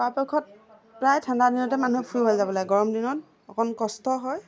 পৰাপক্ষত প্ৰায় ঠাণ্ডা দিনতে মানুহে ফুৰিব যাব লাগে গৰম দিনত অকণ কষ্ট হয়